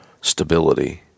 stability